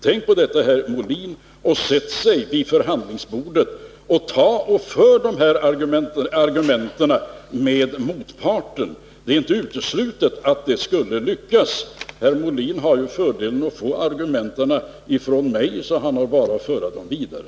Tänk på detta, herr Molin, och sätt er vid förhandlingsbordet med motparten och för fram de här argumenten! Det är inte uteslutet att ni skulle kunna lyckas få gehör för dem. Herr Molin har ju dessutom fördelen att få argumenten från mig och har bara att föra dem vidare.